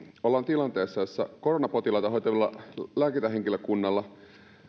ollaan tilanteessa jossa koronapotilaita hoitavalla lääkintähenkilökunnalla